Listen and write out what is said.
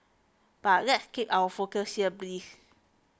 but let's keep our focus here please